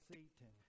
Satan